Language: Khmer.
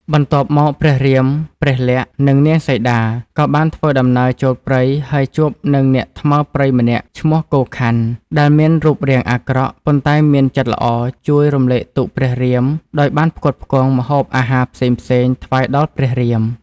បន្ទាប់មក ព្រះរាម ព្រះលក្សណ៍ និងនាងសីតា ក៏បានធ្វើដំណើរចូលព្រៃ ហើយជួបនឹងអ្នកថ្មើរព្រៃម្នាក់ឈ្មោះ កូខ័ន ដែលមានរូបរាងអាក្រក់ ប៉ុន្តែមានចិត្តល្អជួយរំលែកទុក្ខព្រះរាមដោយបានផ្គត់ផ្គង់ ម្ហូបអាហារផ្សេងៗថ្វាយដល់ព្រះរាម។